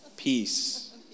Peace